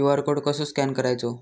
QR code कसो scan करायचो?